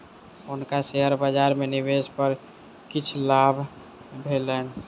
हुनका शेयर बजार में निवेश पर किछ लाभ भेलैन